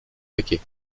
paquet